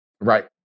Right